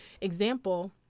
example